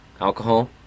alcohol